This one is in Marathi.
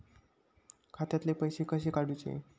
खात्यातले पैसे कसे काडूचे?